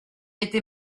été